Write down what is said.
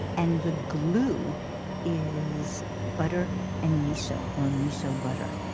and the glue is butter and miso, or miso butter.